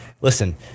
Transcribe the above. Listen